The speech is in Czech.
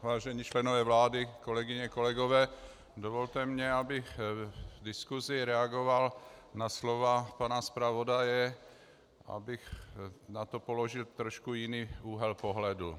Vážení členové vlády, kolegyně, kolegové, dovolte mi, abych v diskusi reagoval na slova pana zpravodaje, abych na to položil trošku jiný úhel pohledu.